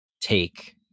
take